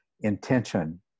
intention